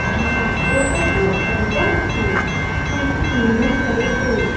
आम् एतत् तु अधिकमस्ति किञ्चित् न्यूनं करोतु